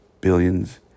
billions